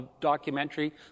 documentary